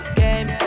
game